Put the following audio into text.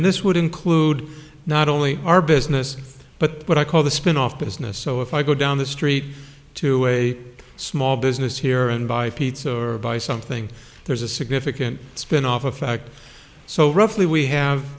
and this would include not only our business but what i call the spin off business so if i go down the street to a small business here and buy pizza or buy something there's a significant spin off effect so roughly we have